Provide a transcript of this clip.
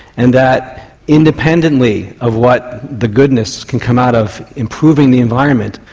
and that independently of what the goodness can come out of improving the environment,